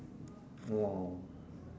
!wow!